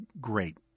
great